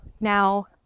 now